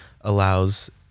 allows